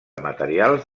materials